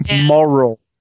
Moral